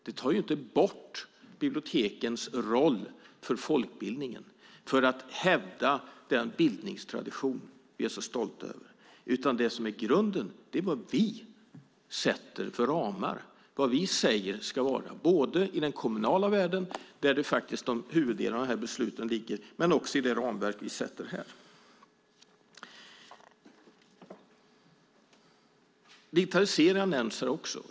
Det tar ju inte bort bibliotekens roll för folkbildningen, för att hävda den bildningstradition vi är så stolta över. Det som är grunden är både de ramar vi sätter i den kommunala världen, där huvuddelen av de här besluten ligger, och det ramverk vi sätter här. Digitalisering har nämnts här.